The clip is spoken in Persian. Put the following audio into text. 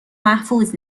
محفوظ